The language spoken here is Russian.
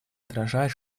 отражает